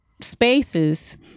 spaces